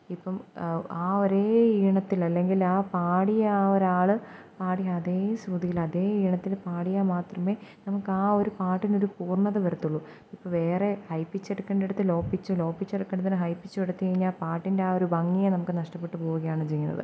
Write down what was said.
ഇപ്പോള് ആ ഒരേ ഈണത്തില് അല്ലെങ്കിൽ ആ പാടിയ ആ ഒരാള് പാടിയ അതേ ശ്രുതിയിൽ അതേ ഈണത്തിൽ പാടിയാല് മാത്രമേ നമുക്ക് ആ ഒരു പാട്ടിനൊരു പൂർണത വരത്തുള്ളൂ ഇപ്പോള് വേറെ ഹൈ പിച്ച് എടുക്കേണ്ടിടത്ത് ലോ പിച്ചും ലോ പിച്ച് എടുക്കേണ്ടിടത്ത് ഹൈ പിച്ചും എടുത്ത് കഴിഞ്ഞാൽ പാട്ടിൻറ്റെ ആ ഒരു ഭംഗിയേ നമുക്ക് നഷ്ട്ടപ്പെട്ട് പോവുകയാണ് ചെയ്യുന്നത്